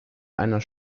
einer